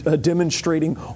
demonstrating